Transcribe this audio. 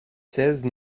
seize